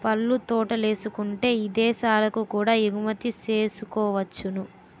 పళ్ళ తోటలేసుకుంటే ఇదేశాలకు కూడా ఎగుమతి సేసుకోవచ్చును